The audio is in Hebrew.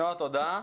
נועה, תודה.